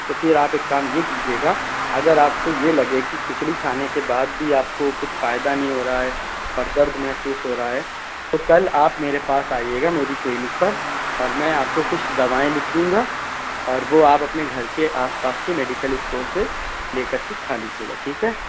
تو پھر آپ ایک کام یہ کیجیے گا اگر آپ کو یہ لگے کہ کھچڑی کھانے کے بعد بھی آپ کو کچھ فائدہ نہیں ہو رہا ہے اور درد محسوس ہو رہا ہے تو کل آپ میرے پاس آئیے گا میری کلینک پر اور میں آپ کو کچھ دوائیں لکھ دوں گا اور وہ آپ اپنے گھر کے آس پاس کے میڈیکل اسٹور سے لے کر کے کھا لیجیے گا ٹھیک ہے